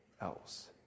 else